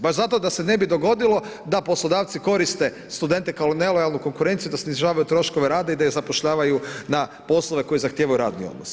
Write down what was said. Baš zato da se ne bi dogodilo da poslodavci koriste studente kao nelojalnu konkurenciju, da snižavaju troškove rada i da zapošljavaju na poslove koji zahtijevaju radni odnos.